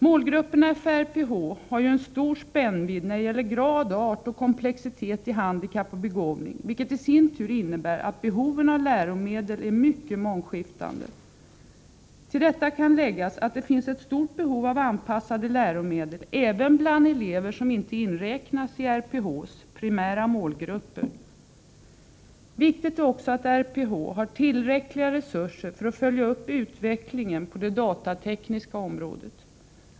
Målgrupperna för RPH har en stor spännvidd när det gäller grad, art och komplexitet i handikapp och begåvning, vilket i sin tur innebär att behovet av läromedel är mycket mångskiftande. Till detta kan läggas att det finns ett stort behov av anpassade läromedel, även bland elever som inte inräknas i RPH:s primära målgrupper. Viktigt är också att RPH har tillräckliga resurser för att följa upp utvecklingen på det datatekniska området.